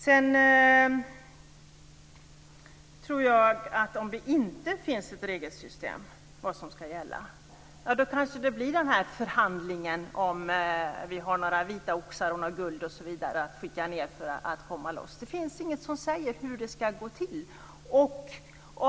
Sedan tror jag att om det inte finns ett regelsystem för vad som skall gälla kanske det blir den här förhandlingen om ifall vi har några vita oxar, något guld osv. att skicka ned för att komma loss. Det finns inget som säger hur det skall gå till.